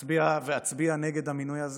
מצביע ואצביע נגד המינוי הזה.